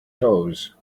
toes